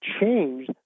change